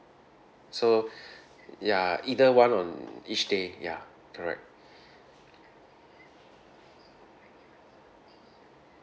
so ya either one on each day ya correct